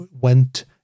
went